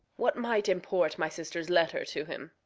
what might import my sister's letter to him?